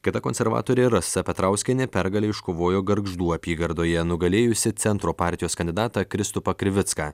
kita konservatorė rasa petrauskienė pergalę iškovojo gargždų apygardoje nugalėjusi centro partijos kandidatą kristupą krivicką